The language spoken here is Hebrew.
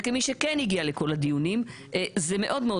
וכמי שכן הגיעה לכל הדיונים זה מאוד מאוד